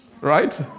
right